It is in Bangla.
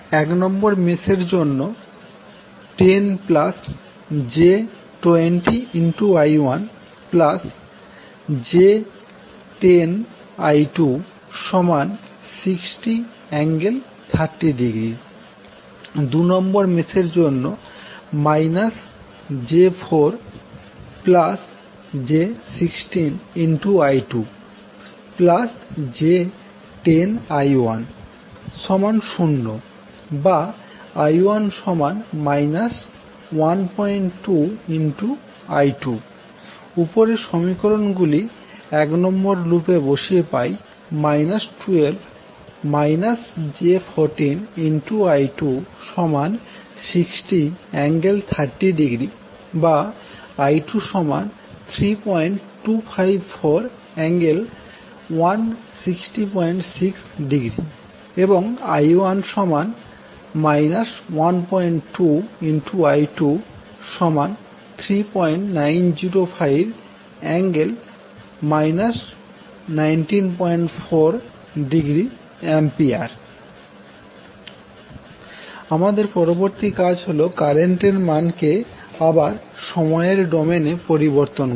এক নম্বর মেস এর জন্য 10j20I1j10I260∠30° 2 নম্বর মেস এর জন্য j4j16I2j10I10⇒I1 12I2 উপরের সমীকরণ গুলি এক নম্বর লুপে বসিয়ে পাই 12 j14I260∠30°⇒I23254∠1606° এবং I1 12I23905∠ 194°A আমাদের পরবর্তী কাজ হল কারেন্টের মানকে আবার সময়ের ডোমেইনে পরিবর্তন করা